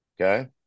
okay